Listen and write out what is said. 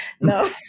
No